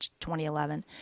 2011